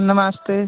नमस्ते